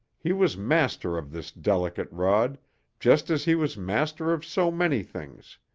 he was master of this delicate rod just as he was master of so many things,